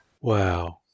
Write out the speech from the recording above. Wow